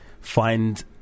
find